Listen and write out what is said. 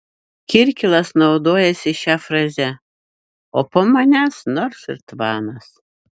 kirkilas naudojosi šia fraze o po manęs nors ir tvanas